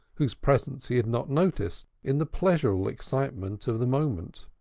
whose presence he had not noticed in the pleasurable excitement of the moment.